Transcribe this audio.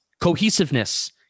cohesiveness